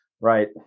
Right